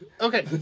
Okay